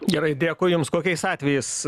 gerai dėkui jums kokiais atvejais